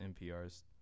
NPR's